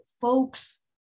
folks